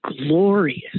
glorious